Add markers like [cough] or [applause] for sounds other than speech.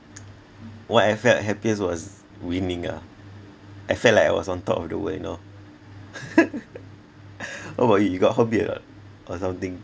what I felt happiest was winning ah I felt like I was on top of the world you know [laughs] what about you you got hobby or not or something